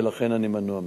ולכן אני מנוע מכך.